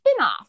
spinoff